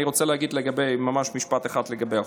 אני רוצה להגיד ממש משפט אחד לגבי החוק.